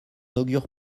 augure